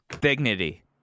Dignity